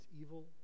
evil